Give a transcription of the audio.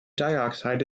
dioxide